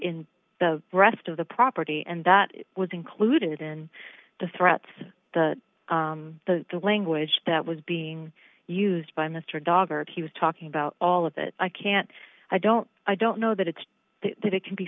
in the rest of the property and that was included in the threats the the language that was being used by mr dougherty he was talking about all of it i can't i don't i don't know that it's that it can be